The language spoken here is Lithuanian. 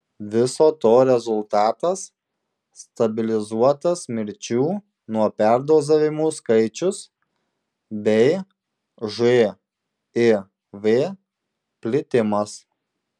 viso to rezultatas stabilizuotas mirčių nuo perdozavimų skaičius bei živ plitimas